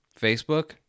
Facebook